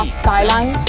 skyline